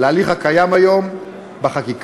להליך הקיים כיום בחקיקה,